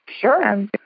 Sure